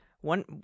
one